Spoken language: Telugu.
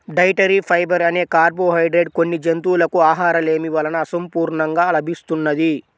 డైటరీ ఫైబర్ అనే కార్బోహైడ్రేట్ కొన్ని జంతువులకు ఆహారలేమి వలన అసంపూర్ణంగా లభిస్తున్నది